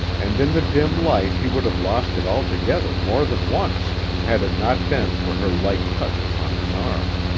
and in the dim light he would have lost it altogether more than once had it not been for her light touch upon his arm.